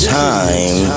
time